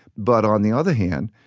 but on the other hand,